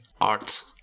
Art